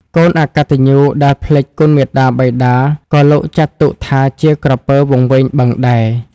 កូនអកត្តញ្ញូដែលភ្លេចគុណមាតាបិតា ក៏លោកចាត់ទុកថា ជាក្រពើវង្វេងបឹងដែរ ។